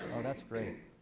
that's great.